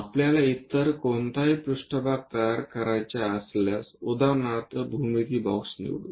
आपल्याला इतर कोणतेही पृष्ठभाग तयार करायचे असल्यास उदाहरणार्थ भूमिती बॉक्स निवडू